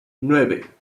nueve